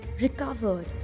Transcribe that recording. recovered